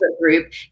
group